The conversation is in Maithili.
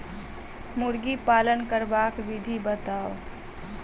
मुर्गी पालन करबाक विधि बताऊ?